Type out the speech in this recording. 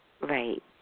Right